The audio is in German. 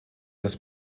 das